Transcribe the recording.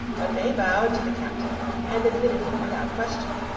but they bowed to the captain and admitted him without question.